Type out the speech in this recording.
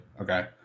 Okay